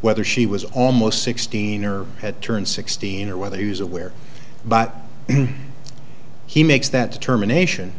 whether she was almost sixteen or had turned sixteen or whether he was aware but he makes that determination